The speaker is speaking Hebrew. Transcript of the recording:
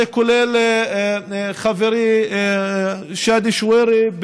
זה כולל את חברי שאדי שווירי,